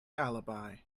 alibi